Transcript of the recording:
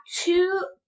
two